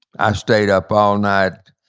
i stayed up all night,